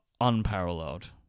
unparalleled